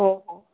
हो हो